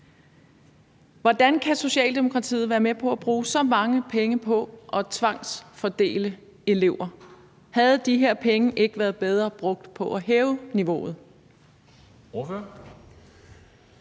Hvordan kan Socialdemokratiet være med på at bruge så mange penge på at tvangsfordele elever? Havde de her penge ikke været bedre brugt på at hæve niveauet?